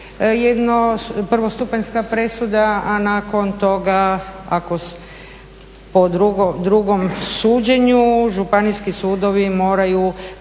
jedanput prvostupanjska presuda, a nakon toga ako po drugom suđenju Županijski sudovi moraju